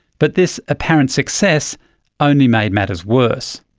but this apparent success only made matters worse.